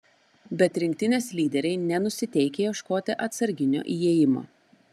bet rinktinės lyderiai nenusiteikę ieškoti atsarginio įėjimo